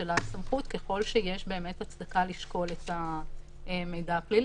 מאבטח זה לפי חוק סמכויות לשם שמירה על ביטחון הציבור.